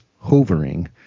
hovering